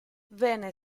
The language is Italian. venne